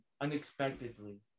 Unexpectedly